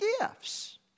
gifts